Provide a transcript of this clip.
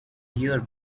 year